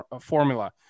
formula